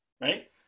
Right